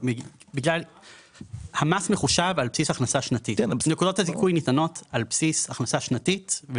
המס מחושב על בסיס הכנסה שנתית.